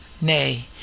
Nay